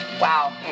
Wow